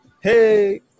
hey